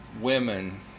women